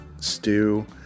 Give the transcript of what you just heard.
stew